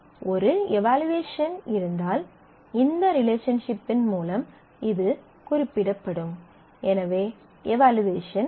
ஒரு எவலுயேசன் இருந்தால் இந்த ரிலேஷன்ஷிப்பின் மூலம் இது குறிப்பிடப்படும் எனவே எவலுயேசன் இருக்கும்